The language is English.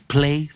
Play